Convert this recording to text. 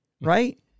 right